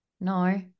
No